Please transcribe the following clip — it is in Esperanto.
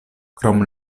krom